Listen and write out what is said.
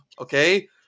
okay